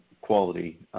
quality